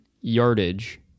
yardage